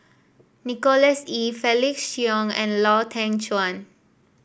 Nicholas Ee Felix Cheong and Lau Teng Chuan